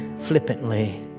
flippantly